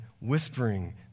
whispering